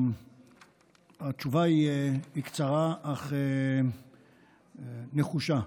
התשובה היא קצרה אך נחושה.